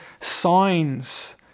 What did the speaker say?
signs